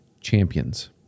champions